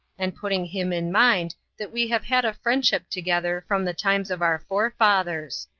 and putting him in mind that we have had a friendship together from the times of our forefathers.